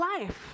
life